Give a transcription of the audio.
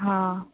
हां